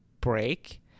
break